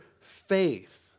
faith